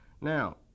Now